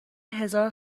هزار